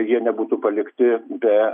jie nebūtų palikti be